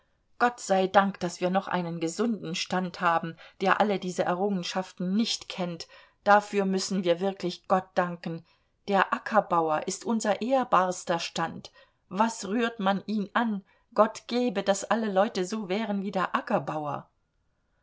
gott sei dank daß wir noch einen gesunden stand haben der alle diese errungenschaften nicht kennt dafür müssen wir wirklich gott danken der ackerbauer ist unser ehrbarster stand was rührt man ihn an gott gebe daß alle leute so wären wie der ackerbauer